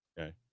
Okay